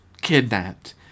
kidnapped